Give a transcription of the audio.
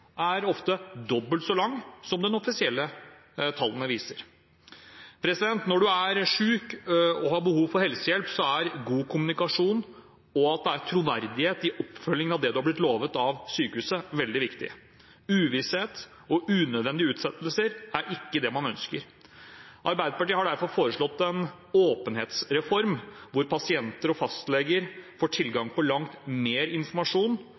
er ofte dobbelt så lang som de offisielle tallene viser. Når man er syk og har behov for helsehjelp, er god kommunikasjon og at det er troverdighet i oppfølgingen av det man har blitt lovet av sykehuset, veldig viktig. Uvisshet og unødvendige utsettelser er ikke det man ønsker. Arbeiderpartiet har derfor foreslått en åpenhetsreform, hvor pasienter og fastleger får tilgang på langt mer informasjon